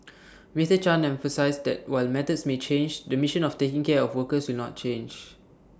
Mister chan emphasised that while methods may change the mission of taking care of workers will not change